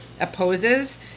opposes